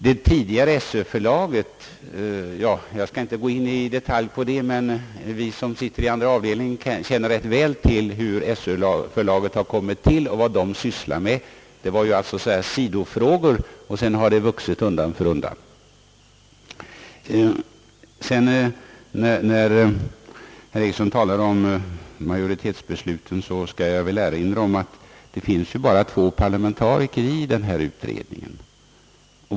Det tidigare SÖö-förlaget skall jag inte gå in på i detalj. Vi som sitter i andra avdelningen känner rätt väl hur Söförlaget kommit till och vad det sysslar med. Det var först sidofrågor, och sedan har verksamheten vuxit undan för undan. När herr Ericsson talar om majoritetsbesluten vill jag erinra om att det ju bara finns två parlamentariker i denna utredning.